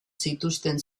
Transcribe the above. zituzten